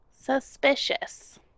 Suspicious